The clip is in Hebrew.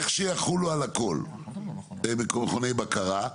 לכשיחולו על הכל מכוני הבקרה,